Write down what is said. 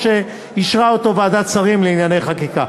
שאישרה אותה ועדת שרים לענייני חקיקה.